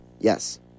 Yes